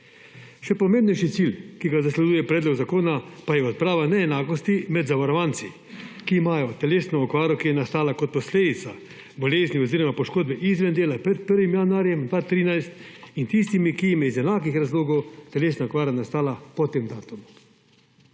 Še pomembnejši cilj, ki ga zasleduje predlog zakona, pa je odprava neenakosti med zavarovanci, ki imajo telesno okvaro, ki je nastala kot posledica bolezni oziroma poškodbe izven dela pred 1. januarjem 2013, in tistimi, ki jim je iz enakih razlogov telesna okvara nastala po tem datumu.